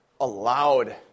allowed